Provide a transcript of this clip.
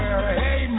Hey